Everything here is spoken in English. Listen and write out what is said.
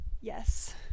yes